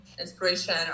inspiration